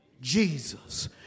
Jesus